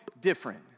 Different